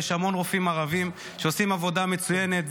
ויש המון רופאים ערבים שעושים עבודה מצוינת,